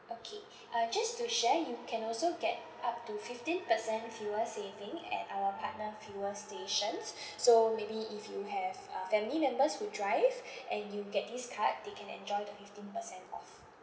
okay uh just to share you can also get up to fifteen percent fuel saving at our partner fuel stations so maybe if you have uh family members who drive and you get this card they can enjoy the fifteen percent off